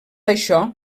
això